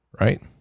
right